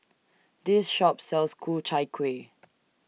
This Shop sells Ku Chai Kueh